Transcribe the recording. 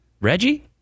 Reggie